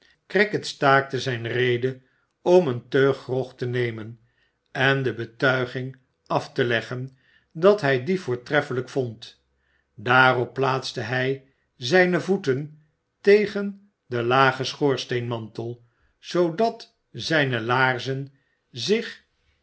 crackit staakte zijne rede om eene teug grog te nemen en de betuiging af te leggen dat hij dien voortreffelijk vond daarop plaatste hij zijne voeten tegen den lagen schoorsteenmantel zoodat zijne laarzen zich